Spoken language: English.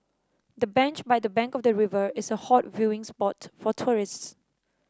the bench by the bank of the river is a hot viewing spot for tourists